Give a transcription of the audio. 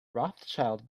rothschild